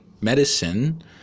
medicine